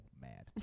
mad